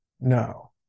no